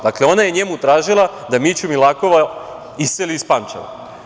Dakle, ona je njemu tražila da Miću Milakova iseli iz Pančeva.